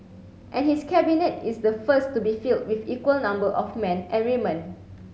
and his Cabinet is the first to be filled with equal number of men and women